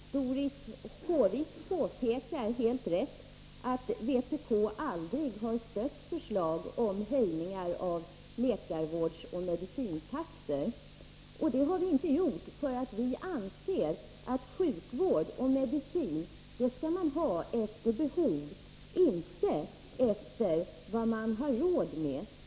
Herr talman! Doris Håvik påpekar helt rätt att vpk aldrig har stött förslag om höjningar av läkarvårdsoch medicintaxorna. Det har vi inte gjort därför att vi anser att sjukvård och medicin skall man ha efter behov, inte efter vad man har råd med.